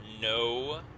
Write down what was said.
no